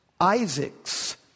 Isaac's